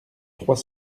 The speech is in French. trois